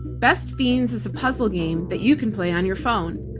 best fiends is a puzzle game that you can play on your phone.